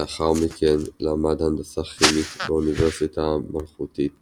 לאחר מכן למד הנדסה כימית ב"אוניברסיטה המלכותית